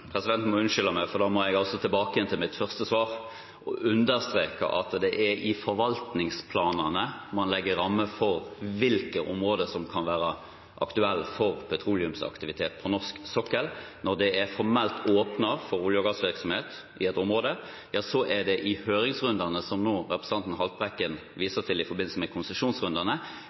Presidenten må unnskylde meg, for jeg må tilbake igjen til mitt første svar og understreke at det er i forvaltningsplanene man legger rammer for hvilke områder som kan være aktuelle for petroleumsaktivitet på norsk sokkel. Når det er formelt åpnet for olje- og gassvirksomhet i et område, er det i høringsrundene – som representanten Haltbrekken viser til nå i forbindelse med konsesjonsrundene